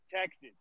Texas